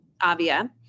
Avia